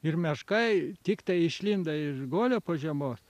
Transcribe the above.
ir meška tiktai išlindo iš guolio po žiemos